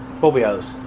Phobias